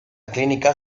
clínica